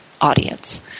audience